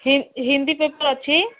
ହି Hindi paper ଅଛି